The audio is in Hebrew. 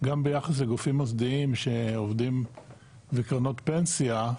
גם ביחס לגופים מוסדיים שעובדים וקרנות פנסיה,